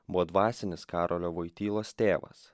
buvo dvasinis karolio voitylos tėvas